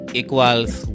equals